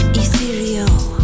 ethereal